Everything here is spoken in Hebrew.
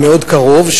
מאוד קרוב,